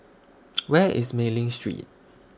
Where IS Mei Ling Street